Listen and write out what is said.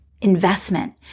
investment